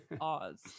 oz